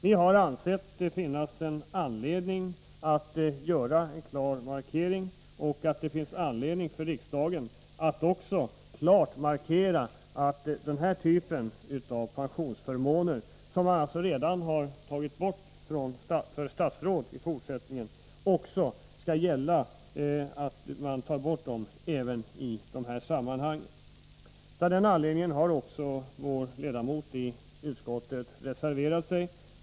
Vi har ansett att det finns anledning för riksdagen att göra en klar markering av att den här typen av pensionsförmåner, som man redan har avskaffat för statsråd, i fortsättningen bör tas bort även i andra sammanhang. Av den anledningen har vår ledamot i utskottet reserverat sig.